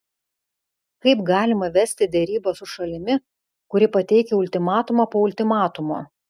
kaip galima vesti derybas su šalimi kuri pateikia ultimatumą po ultimatumo